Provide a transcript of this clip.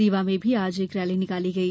रीवा में मी आज एक रैली निकाली गई